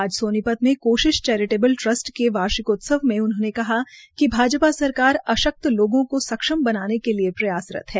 आज सोनीपत में Koshish charitable trust के वार्षिकोत्सव में उन्होने कहा कि भाजपा सरकार अशक्त लोगों को सक्षम बनाने के लिये प्रयासरत है